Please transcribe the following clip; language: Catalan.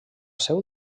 seu